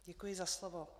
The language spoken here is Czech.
Děkuji za slovo.